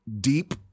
deep